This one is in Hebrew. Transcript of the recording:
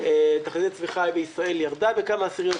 - תחזית צמיחה בישראל ירדה בכמה עשיריות,